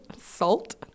Salt